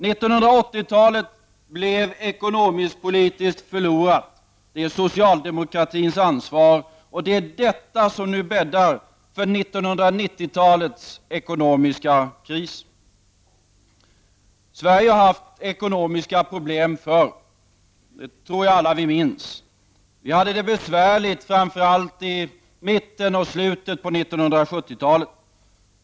1980-talet blev ekonomisk-politiskt förlorat. Det är socialdemokratins ansvar. Och det är detta som nu bäddar för 1990-talets ekonomiska kris. Sverige har haft ekonomiska problem förr. Det tror jag vi alla minns. Vi hade det besvärligt framför allt i mitten och slutet av 1970-talet.